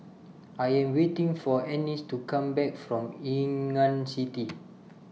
I Am waiting For Ennis to Come Back from Ngee Ann City